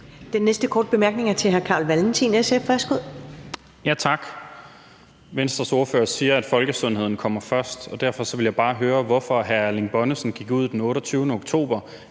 Valentin, SF. Værsgo. Kl. 15:00 Carl Valentin (SF): Tak. Venstres ordfører siger, at folkesundheden kommer først. Derfor vil jeg bare høre, hvorfor hr. Erling Bonnesen gik ud den 28. oktober